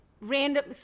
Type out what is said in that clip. random